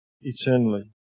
eternally